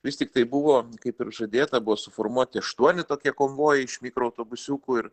vis tiktai buvo kaip ir žadėta buvo suformuoti aštuoni tokie konvojai iš mikroautobusiukų ir